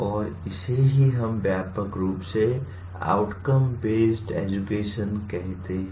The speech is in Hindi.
और इसे ही हम व्यापक रूप से आउटकम बेस्ड एजुकेशन कहते हैं